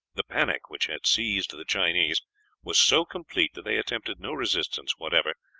the panic which had seized the chinese was so complete that they attempted no resistance whatever,